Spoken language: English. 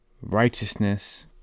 righteousness